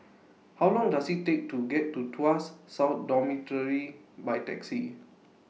How Long Does IT Take to get to Tuas South Dormitory By Taxi